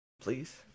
Please